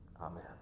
Amen